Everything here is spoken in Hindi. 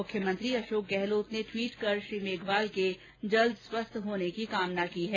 मुख्यमंत्री अशोक गहलोत ने ट्वीट कर श्री मेघवाल के जल्दी स्वस्थ होने कामना की है